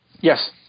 Yes